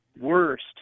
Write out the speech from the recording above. worst